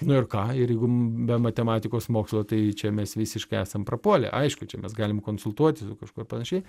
nu ir ką ir jeigu be matematikos mokslo tai čia mes visiškai esam prapuolę aišku čia mes galim konsultuotis su kažkuo ir panašiai